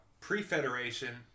pre-Federation